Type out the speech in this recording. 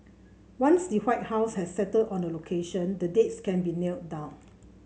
once the White House has settled on a location the dates can be nailed down